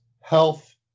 health